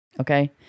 Okay